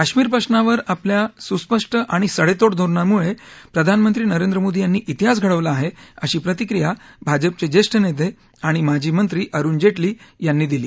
काश्मीर प्रश्नावर आपल्या सुस्पष्ट आणि सडेतोड धोरणांमुळे प्रधान मंत्री नरेंद्र मोदी यांनी तिहास घडवला आहे अशी प्रतिक्रिया भाजपचे ज्येष्ठ नेते आणि माजी मंत्री अरुण जेटली यानी दिली